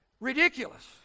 ridiculous